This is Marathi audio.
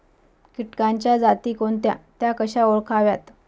किटकांच्या जाती कोणत्या? त्या कशा ओळखाव्यात?